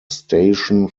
station